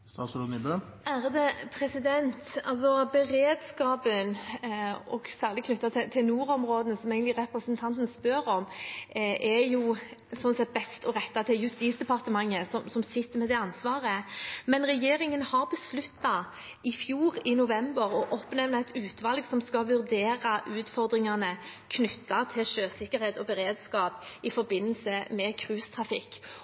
beredskapen, særlig knyttet til nordområdene, som representanten egentlig spør om, er det best å rette til Justisdepartementet, som sitter med det ansvaret. Men regjeringen besluttet i november i fjor å oppnevne et utvalg som skal vurdere utfordringene knyttet til sjøsikkerhet og beredskap i